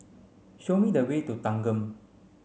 show me the way to Thanggam